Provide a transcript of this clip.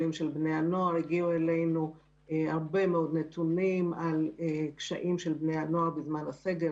הגיעו אלינו הרבה מאוד נתונים על קשיים של בני הנוער בזמן הסגר.